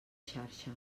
xarxa